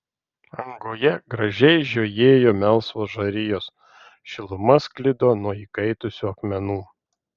angoje gražiai žiojėjo melsvos žarijos šiluma sklido nuo įkaitusių akmenų